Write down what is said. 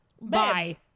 bye